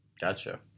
gotcha